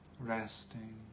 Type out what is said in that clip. Resting